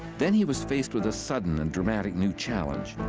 then he was faced with a sudden and dramatic new challenge